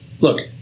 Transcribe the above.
Look